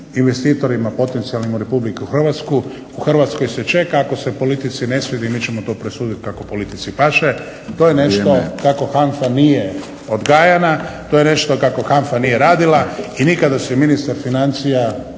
investitorima potencijalnim u Republici Hrvatskoj. U Hrvatskoj se čeka. Ako se politici ne svidi mi ćemo to presuditi kako politici paše. To je nešto kako HANFA nije odgajana. To je nešto kako HANFA nije radila i nikada se ministar financija